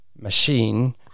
machine